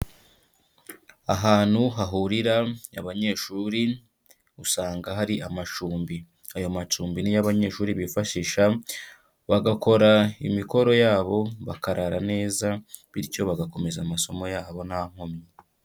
Ahantu hahurira abanyeshuri usanga hari amacumbi, ayo macumbi ni yo abanyeshuri bifashisha bagakora imikoro yabo, bakarara neza bityo bagakomeza amasomo yabo nta nkomyi.